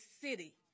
city